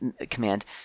command